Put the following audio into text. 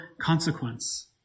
consequence